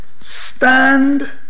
stand